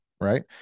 Right